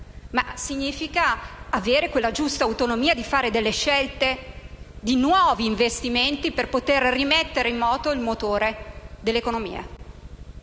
sregolati, ma avere la giusta autonomia nel fare delle scelte di nuovi investimenti per rimettere in moto il motore dell'economia.